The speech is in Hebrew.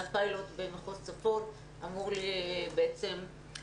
היה פיילוט במחוז צפון וזה אמור להיות מיושם,